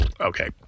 okay